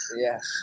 Yes